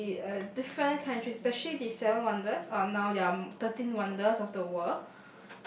the uh different countries especially the seven wonders or now there are thirteen wonders of the world